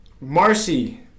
Marcy